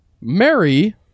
Mary